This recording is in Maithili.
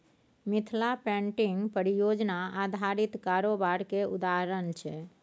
मिथिला पेंटिंग परियोजना आधारित कारोबार केर उदाहरण छै